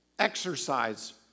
exercise